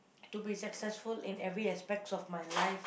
to be successful in every aspects of my life